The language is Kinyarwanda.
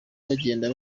bagenda